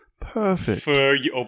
Perfect